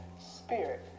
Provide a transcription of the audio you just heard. spirit